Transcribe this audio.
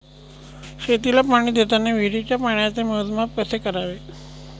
शेतीला पाणी देताना विहिरीच्या पाण्याचे मोजमाप कसे करावे?